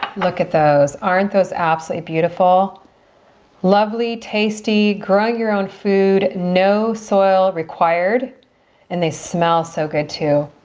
look at those aren't those absolutely beautiful lovely, tasty, grow your own food. no soil required and they smell so good, too